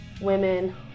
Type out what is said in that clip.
women